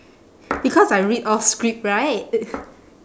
because I read off script right